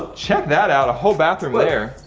check that out, a whole bathroom there.